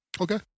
Okay